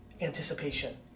anticipation